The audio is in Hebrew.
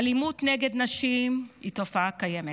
אלימות נגד נשים היא תופעה קיימת,